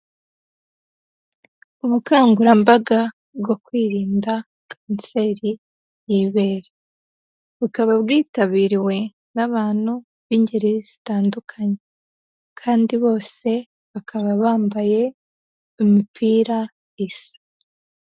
Ubukangurambaga bwo kwirinda kanseri y'ibere. Bukaba bwitabiriwe n'abantu b'ingeri zitandukanye, kandi bose bakaba bambaye imipira isa.